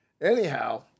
Anyhow